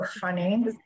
funny